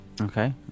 Okay